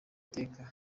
teka